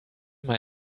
mal